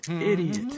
idiot